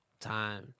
time